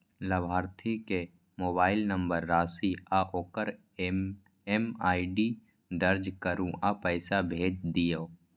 लाभार्थी के mobile number, राशि आ ओकर एम.एम.आई.डी दर्ज करू आ पैसा भेज दियौ